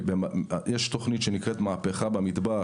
יש תוכנית שנקראת "מהפכה במטבח",